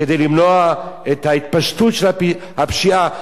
כדי למנוע את ההתפשטות של הפשיעה,